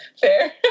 Fair